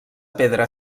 pedra